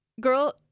girl